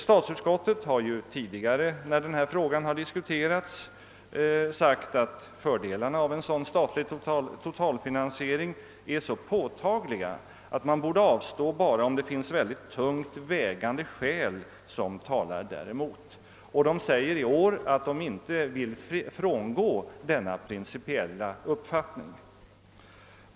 Statsutskottet har när denna fråga tidigare diskuterats uttalat att fördelarna av en sådan statlig totalfinansiering är så påtagliga att man borde avstå från den bara om tungt vägande skäl talar däremot. Utskottet säger i år att man inte vill frångå denna principiella uppfattning.